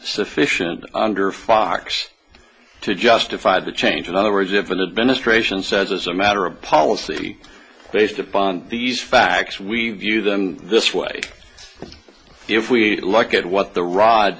sufficient under fox to justify the change in other words if a little business ration says as a matter of policy based upon these facts we view them this way if we look at what the rod